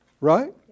Right